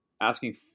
asking